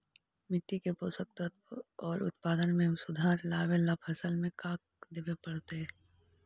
मिट्टी के पोषक तत्त्व और उत्पादन में सुधार लावे ला फसल में का देबे पड़तै तै?